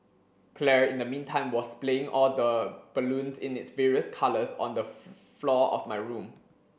Claire in the meantime was splaying all the balloons in its various colours on the floor of my room